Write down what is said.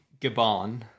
Gabon